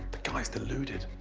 the guy is delewded.